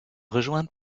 rejointe